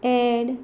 add